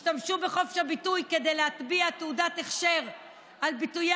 השתמשו בחופש הביטוי כדי להטביע תעודת הכשר על ביטויי